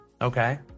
okay